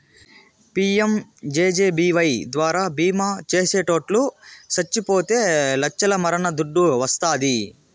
PMJJBY ద్వారా బీమా చేసిటోట్లు సచ్చిపోతే లచ్చల మరణ దుడ్డు వస్తాది